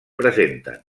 presenten